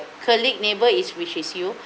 colleague neighbour is which is you